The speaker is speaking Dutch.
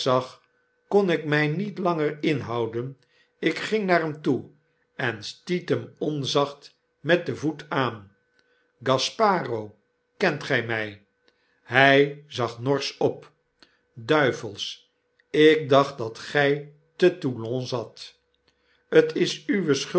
kon ik my niet langer inhouden ik ging naar hem toe en stiet hem onzacht met den voet aan gasparo kent gy my hy zag norsch op duivelsch ik dacht dat gy te toulon zat t is uwe